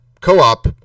co-op